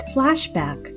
Flashback